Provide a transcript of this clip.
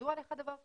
ידוע לך דבר כזה?